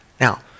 Now